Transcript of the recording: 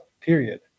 period